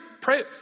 pray